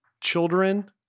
children